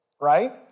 right